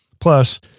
Plus